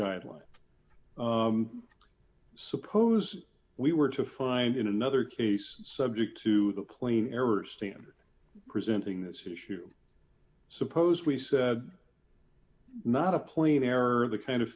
guideline suppose we were to find in another case subject to the plain error standard presenting this issue suppose we said not a plain error the kind of